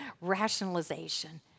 rationalization